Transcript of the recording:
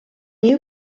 you